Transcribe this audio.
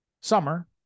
summer